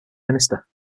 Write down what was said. minister